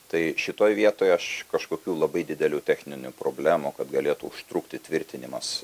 tai šitoj vietoj aš kažkokių labai didelių techninių problemų kad galėtų užtrukti tvirtinimas